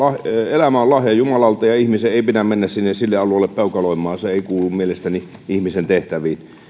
elämä on lahja jumalalta ja ihmisen ei pidä mennä sille alueelle peukaloimaan se ei kuulu mielestäni ihmisen tehtäviin